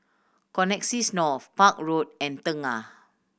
Connexis North Park Road and Tengah